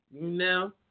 No